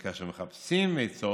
וכאשר מחפשים עצות,